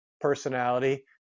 personality